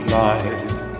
life